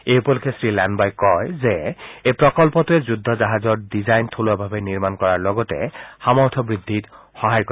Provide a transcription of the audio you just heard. এই উপলক্ষে শ্ৰীলাবাই কয় যে এই প্ৰকল্পটোৱে যুদ্ধ জাহাজৰ ডিজাইন থলুৱাভাৱে নিৰ্মাণ কৰাৰ লগতে সামৰ্থ বৃদ্ধিত সহায় কৰিব